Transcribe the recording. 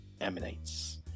emanates